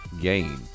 gain